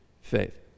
faith